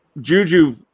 Juju